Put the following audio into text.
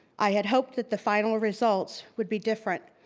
i had hoped that the final results would be different.